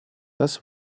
das